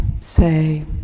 say